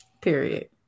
Period